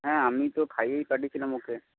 হ্যাঁ আমি তো খাইয়েই পাঠিয়েছিলাম ওকে